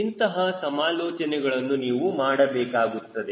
ಇಂತಹ ಸಮಾಲೋಚನೆಗಳನ್ನು ನೀವು ಮಾಡಬೇಕಾಗುತ್ತದೆ